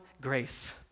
Grace